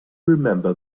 remember